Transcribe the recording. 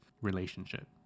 relationship